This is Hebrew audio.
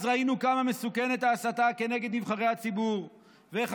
אז ראינו כמה מסוכנת ההסתה כנגד נבחרי הציבור ואיך